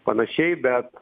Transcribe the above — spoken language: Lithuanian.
panašiai bet